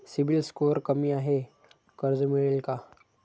CIBIL score कमी आहे कर्ज मिळेल का?